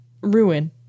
ruin